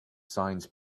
signs